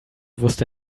wusste